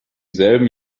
selben